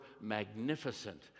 magnificent